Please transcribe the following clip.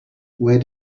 where